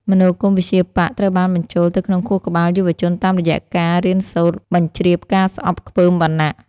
មនោគមវិជ្ជាបក្សត្រូវបានបញ្ចូលទៅក្នុងខួរក្បាលយុវជនតាមរយៈការ «រៀនសូត្រ» បញ្ជ្រាបការស្អប់ខ្ពើមវណ្ណៈ។